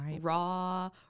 raw